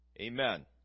Amen